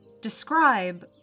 Describe